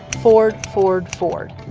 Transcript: ford, ford, ford.